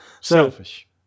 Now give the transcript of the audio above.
Selfish